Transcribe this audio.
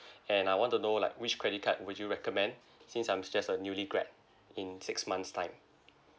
and I want to know like which credit card would you recommend since I'm just a newly grad in six months time